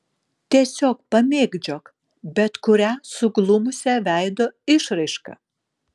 tiesiog pamėgdžiok bet kurią suglumusią veido išraišką